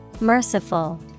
Merciful